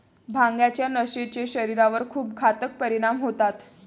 भांगाच्या नशेचे शरीरावर खूप घातक परिणाम होतात